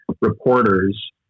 reporters